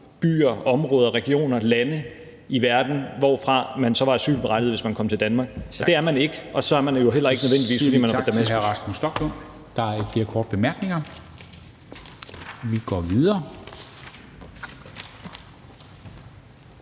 byer, områder, regioner, lande i verden, hvorfra man så var asylberettiget, hvis man kom til Danmark. Det er man ikke, og så er man det jo nødvendigvis heller ikke, fordi man er fra Damaskus.